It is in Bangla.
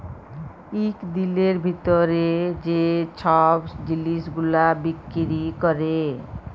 ইক দিলের ভিতরে যে ছব জিলিস গুলা বিক্কিরি ক্যরে